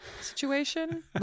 situation